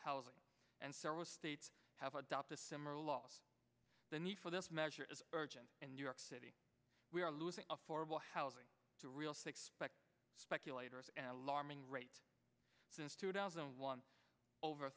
housing and several states have adopted similar laws the need for this measure is urgent in new york city we are losing affordable housing to real six pack speculators and alarming rate since two thousand and one over